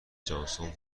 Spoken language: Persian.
جانسون